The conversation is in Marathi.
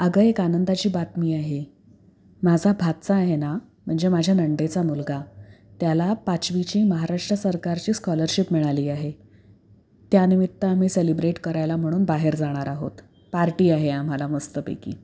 अगं एक आनंदाची बातमी आहे माझा भाचा आहे ना म्हणजे माझ्या नणंदेचा मुलगा त्याला पाचवीची महाराष्ट्र सरकारची स्कॉलरशिप मिळाली आहे त्यानिमित्त आम्ही सेलिब्रेट करायला म्हणून बाहेर जाणार आहोत पार्टी आहे आम्हाला मस्तपैकी